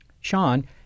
Sean